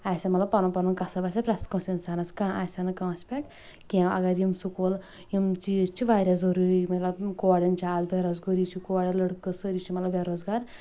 آسَن مطلب پنُن پنُن کسب آسیا پرٛٮ۪تھ کٲنٛسہِ انسانس کانٛہہ آسہِ ہا نہٕ کٲنٛسہِ پٮ۪ٹھ کینٛہہ اگر یِم سکوٗل یِم چیٖز چھِ واریاہ ضروٗری مطلب یِم کورٮ۪ن چھِ آز بےٚ روزگٲری چھِ کورِ لڑکہٕ سٲری چھِ مطلب بےٚ روزگار